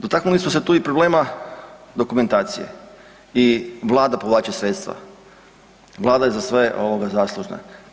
Dotaknuli smo se tu i problema dokumentacije i vlada povlači sredstva, vlada je za sve ovoga zaslužna.